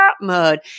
mode